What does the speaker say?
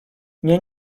nie